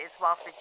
whilst